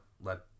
let